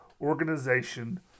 organization